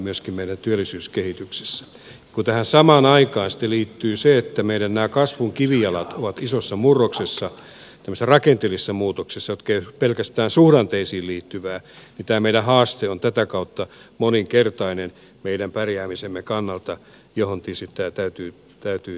kun tähän samaan aikaan sitten liittyy se että meidän kasvun kivijalat ovat isossa murroksessa tämmöisessä rakenteellisessa muutoksessa joka ei ole pelkästään suhdanteisiin liittyvää niin tämä meidän haasteemme on tätä kautta moninkertainen meidän pärjäämisemme kannalta mihin tietysti täytyy tässä tarttua